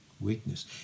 Weakness